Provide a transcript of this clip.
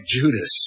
Judas